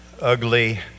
ugly